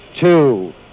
two